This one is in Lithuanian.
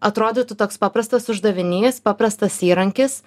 atrodytų toks paprastas uždavinys paprastas įrankis